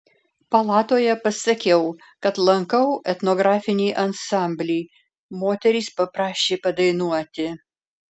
palatoje pasakiau kad lankau etnografinį ansamblį moterys paprašė padainuoti